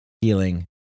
healing